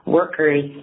workers